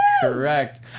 Correct